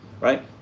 right